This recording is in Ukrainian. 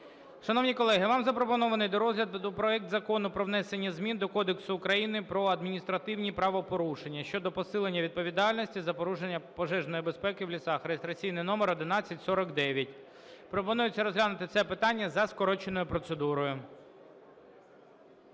Шановні колеги, вам запропонований до розгляду проект Закону про внесення змін до Кодексу України про адміністративні правопорушення (щодо посилення відповідальності за порушення пожежної безпеки в лісах) (реєстраційний номер 1149). Пропонується розглянути це питання за скороченою процедурою.